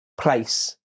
place